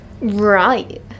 Right